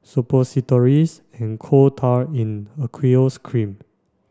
Suppositories and Coal Tar in Aqueous Cream